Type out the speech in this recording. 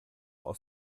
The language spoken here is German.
aus